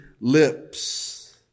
lips